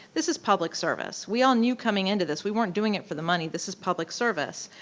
this is public service. we all knew coming into this we weren't doing it for the money. this is public service.